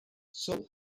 seoul